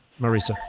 Marisa